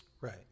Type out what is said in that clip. Right